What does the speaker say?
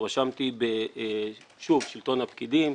הואשמתי שוב בשלטון הפקידים.